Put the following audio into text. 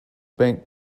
bank